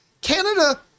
Canada